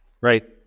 Right